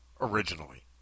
Originally